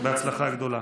בהצלחה גדולה.